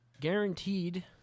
Guaranteed